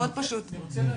מאוד פשוט.